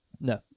No